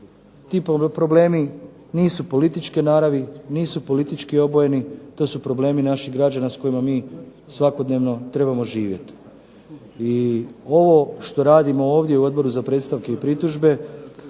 Ti problemi nisu političke naravi, nisu politički obojeni, to su problemi naših građana s kojima mi svakodnevno trebamo živjeti. I ovo što radimo ovdje u Odboru za predstavke i pritužbe